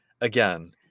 again